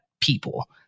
people